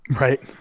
Right